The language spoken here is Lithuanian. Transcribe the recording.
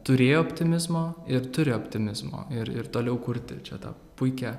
turėjo optimizmo ir turi optimizmo ir ir toliau kurti čia tą puikią